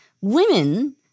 women